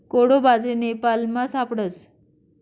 कोडो बाजरी नेपालमा सापडस